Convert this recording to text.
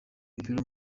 w’umupira